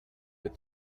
est